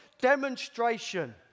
demonstration